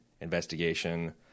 investigation